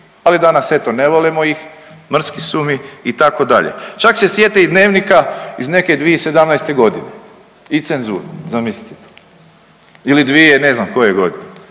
ali danas eto ne volimo ih, mrski su mi itd. Čak se sjete i Dnevnika iz neke 2017. godine i cenzure. Zamislite vi to. Ili dvije i ne znam koje godine,